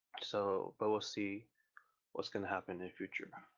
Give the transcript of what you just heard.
so, but we'll see what's gonna happen in future.